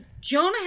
jonah